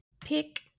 pick